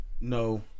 No